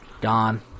Gone